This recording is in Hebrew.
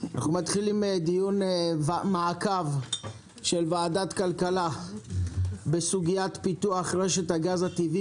זהו דיון מעקב של ועדת כלכלה בסוגיית פיתוח רשת הגז הטבעי